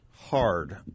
hard